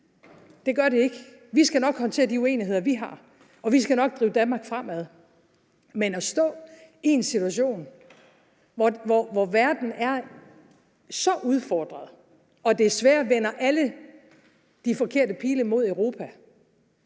det gør det ikke. Vi skal nok håndtere de uenigheder, vi har, og vi skal nok drive Danmark fremad. Men at stå – i en situation, hvor verden er så udfordret, og hvor alle de forkerte pile desværre